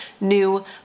new